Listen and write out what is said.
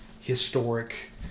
historic